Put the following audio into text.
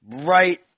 right